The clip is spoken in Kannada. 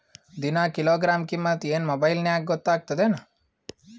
ದಿನಾ ಕಿಲೋಗ್ರಾಂ ಕಿಮ್ಮತ್ ಏನ್ ಮೊಬೈಲ್ ನ್ಯಾಗ ಗೊತ್ತಾಗತ್ತದೇನು?